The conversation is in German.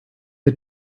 der